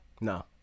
No